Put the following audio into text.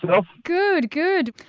you know good, good!